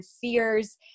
fears